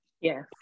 Yes